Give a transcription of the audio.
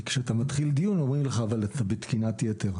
כי כשאתה מתחיל דיון אומרים לך אבל אתה בתקינת יתר,